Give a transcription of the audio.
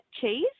cheese